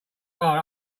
bar